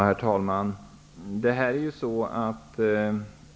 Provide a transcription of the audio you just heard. Herr talman!